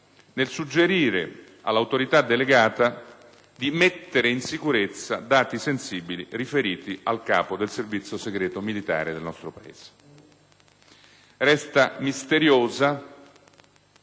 nel suggerire all'Autorità delegata di mettere in sicurezza i dati sensibili riferiti al capo del Servizio segreto militare del nostro Paese. Resta misteriosa